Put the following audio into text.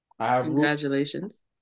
Congratulations